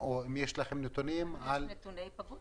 נתוני היפגעות